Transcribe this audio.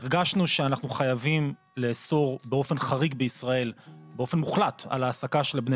הרגשנו שאנחנו חייבים לאסור באופן מוחלט על העסקת בני